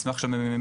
מסמך של ה-מ.מ.מ.